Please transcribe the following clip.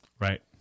Right